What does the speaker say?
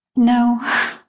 No